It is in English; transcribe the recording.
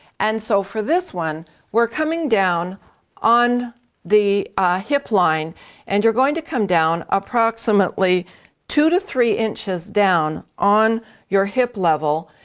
and so for this one we're coming down on the hip line and you're going to come down approximately two to three inches down on your hip level.